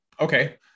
okay